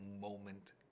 moment